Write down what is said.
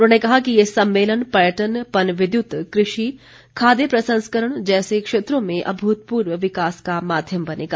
उन्होंने कहा कि ये सम्मेलन पर्यटन पन विद्युत कृषि खाद्य प्रसंस्करण जैसे क्षेत्रों में अभूतपूर्व विकास का माध्यम बनेगा